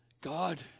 God